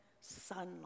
sunlight